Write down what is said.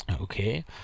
Okay